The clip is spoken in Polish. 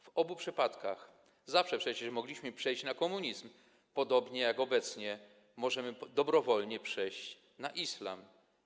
W obu przypadkach zawsze przecież mogliśmy przejść na komunizm, podobnie jak obecnie możemy dobrowolnie przejść na islam.